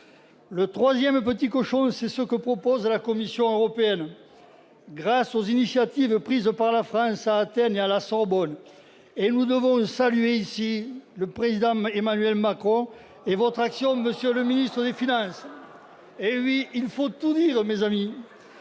Le troisième petit cochon, c'est ce que propose la Commission européenne, grâce aux initiatives prises par la France à Athènes et à la Sorbonne, et nous devons saluer ici l'action du président Emmanuel Macron et de M. le ministre de l'économie et des finances. Eh oui, il faut tout dire, mes chers